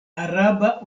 araba